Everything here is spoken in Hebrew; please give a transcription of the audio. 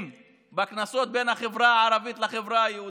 בקנסות בין החברה הערבית לחברה היהודית: